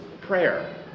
prayer